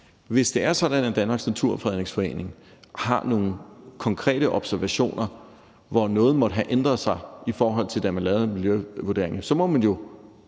Hvis det er sådan, at Danmarks Naturfredningsforening har nogen konkrete observationer, hvor noget måtte have ændret sig, i forhold til da man lavede miljøvurderingen, så må man jo